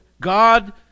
God